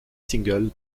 single